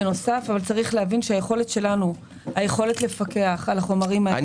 בנוסף יש להבין שהיכולת שלנו לפקח- -- אני